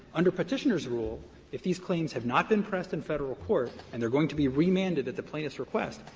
under petitioner's rule if these claims had not been pressed in federal court and they're going to be remanded at the plaintiff's request,